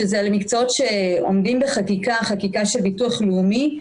שזה למקצועות שעומדים בחקיקה של ביטוח לאומי,